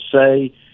say